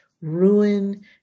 ruin